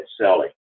selling